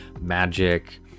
magic